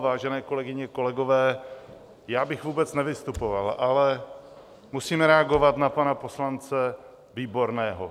Vážené kolegyně, kolegové, já bych vůbec nevystupoval, ale musím reagovat na pana poslance Výborného.